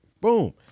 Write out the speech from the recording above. boom